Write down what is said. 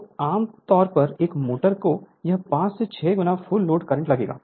तो आम तौर पर एक मोटर को यह 5 से 6 गुना फुल लोड करंट लगेगा